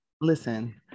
listen